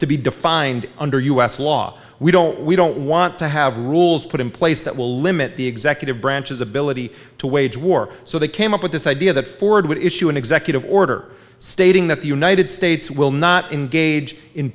to be defined under u s law we don't we don't want to have rules put in place that will limit the executive branch's ability to weigh wage war so they came up with this idea that ford would issue an executive order stating that the united states will not engage in